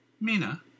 Mina